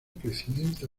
crecimiento